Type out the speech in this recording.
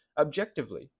objectively